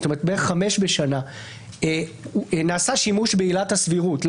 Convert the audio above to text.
כלומר בערך 5 בשנה נעשה שימוש בעילת הסבירות,